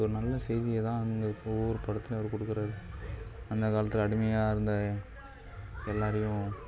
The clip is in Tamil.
ஒரு நல்ல செய்தியை தான் வந்து ஒவ்வொரு படத்துலேயும் அவர் கொடுக்குறாரு அந்த காலத்தில் அடிமையாக இருந்த எல்லோரையும்